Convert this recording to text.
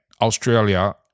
Australia